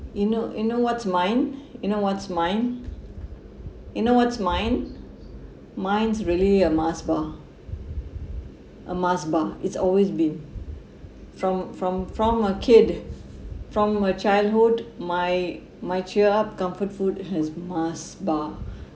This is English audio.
you know you know what's mine you know what's mine you know what's mine mine's really a mars bar a mars bar it's always been from from from a kid from my childhood my my cheer up comfort food is mars bar